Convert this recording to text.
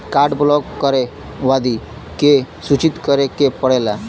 Card block करे बदी के के सूचित करें के पड़ेला?